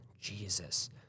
Jesus